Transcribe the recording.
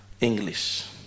English